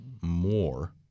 more